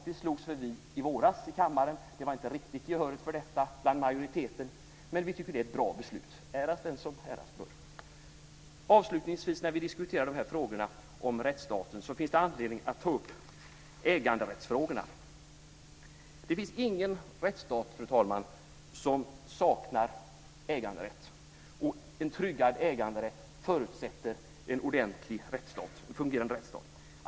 Det slogs vi för i kammaren i våras. Vi fick inte riktigt gehör för detta hos majoriteten, men vi tycker att det här är ett bra beslut. Äras den som äras bör. Avslutningsvis finns det när vi diskuterar frågorna om rättsstaten anledning att ta upp äganderättsfrågorna. Det finns ingen rättsstat, fru talman, som saknar äganderätt. Och en tryggad äganderätt förutsätter en ordentlig, fungerande rättsstat.